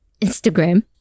Instagram